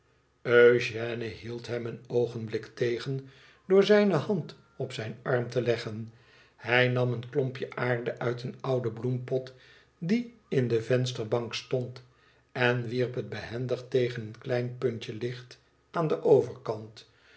eugène hield hem een oogenblik tegen door zijne hand op zijn arm te leggen hij nam een klompje aarde uit een ouden bloempot die in de vensterbank stond en wierp het behendig tegen een klein puntje licht aan den overkant